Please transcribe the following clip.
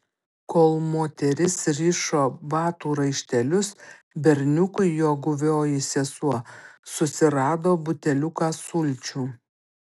kol moteris rišo batų raištelius berniukui jo guvioji sesuo susirado buteliuką sulčių